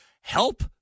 help